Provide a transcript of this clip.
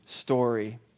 story